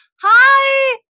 Hi